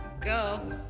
go